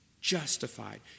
justified